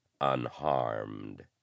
unharmed